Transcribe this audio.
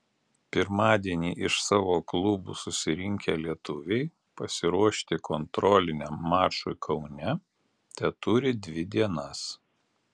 pirmadienį iš savo klubų susirinkę lietuviai pasiruošti kontroliniam mačui kaune teturi dvi dienas